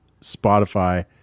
Spotify